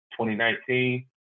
2019